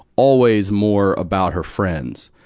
always more about her friends.